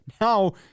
now